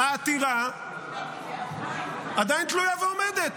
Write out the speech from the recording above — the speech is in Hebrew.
העתירה עדיין תלויה ועומדת.